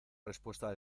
respuesta